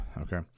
okay